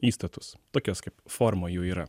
įstatus tokios kaip forma jų yra